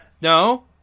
No